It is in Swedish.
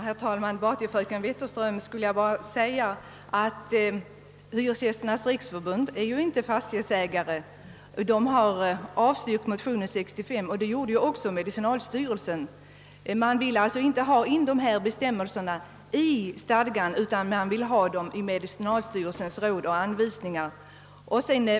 Herr talman! Till fröken Wetterström vill jag säga att Hyresgästernas riksförbund inte företräder fastighetsägare. Förbundet avstyrkte motionen 1965, och det gjorde också medicinalstyrelsen. Man vill alltså inte ha in dessa bestämmelser i stadgan utan man vill ha dem i medicinalstyrelsens råd och anvisningar.